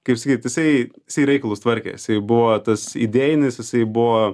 kaip sakyt jisai jisai reikalus tvarkė jisai buvo tas idėjinis jisai buvo